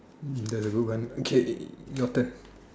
the good one okay your turn